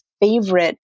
favorite